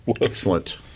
Excellent